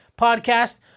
podcast